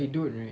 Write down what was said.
they don't right